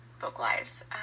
vocalize